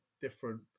different